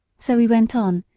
so we went on,